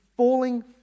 Falling